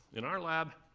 in our lab,